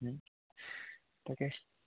তাকে